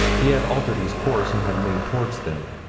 he had altered his course and had made toward them.